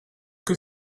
que